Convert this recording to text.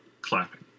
clapping